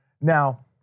Now